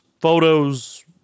photos